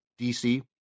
DC